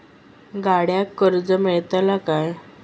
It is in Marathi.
गाडयेक कर्ज मेलतला काय?